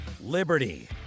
Liberty